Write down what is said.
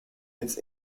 its